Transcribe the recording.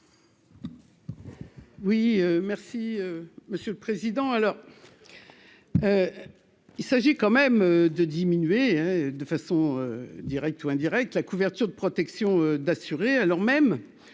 Oui merci monsieur le président, alors il s'agit quand même de diminuer de façon directe ou indirecte, la couverture de protection d'assurer, alors même